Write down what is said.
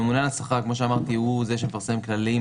הממונה על השכר, כמו שאמרתי, הוא זה שמפרסם כללים.